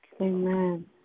Amen